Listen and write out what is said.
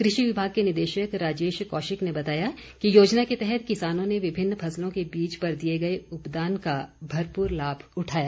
कृषि विभाग के निदेशक राजेश कौशिक ने बताया कि योजना के तहत किसानों ने विभिन्न फसलों के बीज पर दिए गए उपदान का भरपूर लाभ उठाया